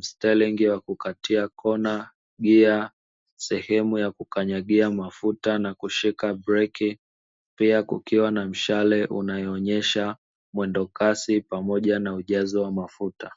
stelingi ya kukatia kona, gia, sehemu ya kukanyagia mafuta na kushika breki. Pia kukiwa na mshale unayoonesha mwendokasi pamoja na mafuta.